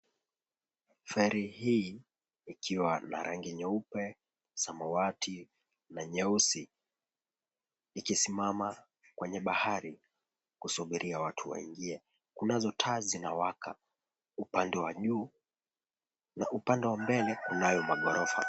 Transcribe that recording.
Feri hii ikiwa na rangi nyeupe, samawati na nyeusi, ikisimama kwenye bahari kusubiria watu waingie. Kunazo taa zinawaka upande wa juu na upande wa mbele kunayo maghorofa.